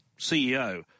CEO